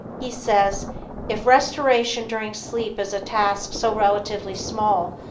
he says if restoration during sleep is a task so relatively small,